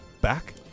back